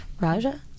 Raja